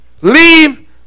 Leave